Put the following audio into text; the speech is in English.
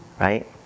right